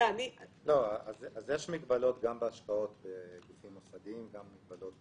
יש מגבלות גם בהשקעות בגופים מוסדיים, גם מגבלות